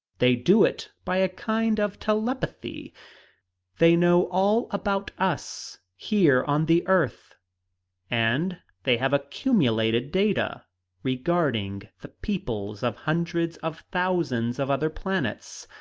they do it by a kind of telepathy they know all about us here on the earth and they have accumulated data regarding the peoples of hundreds of thousands of other planets!